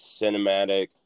cinematic